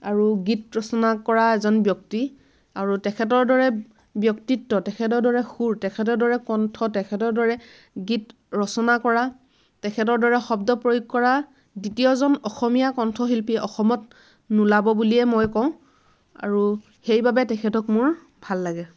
আৰু গীত ৰচনা কৰা এজন ব্যক্তি আৰু তেখেতৰ দৰে ব্যক্তিত্ব তেখেতৰ দৰে সুৰ তেখেতৰ দৰে কন্ঠ তেখেতৰ দৰে গীত ৰচনা কৰা তেখেতৰ দৰে শব্দ প্ৰয়োগ কৰা দ্বিতীয়জন অসমীয়া কন্ঠশিল্পী অসমত নোলাব বুলিয়েই মই কওঁ আৰু সেইবাবে তেখেতক মোৰ ভাল লাগে